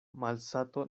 malsato